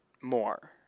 more